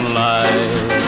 life